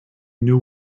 knew